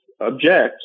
object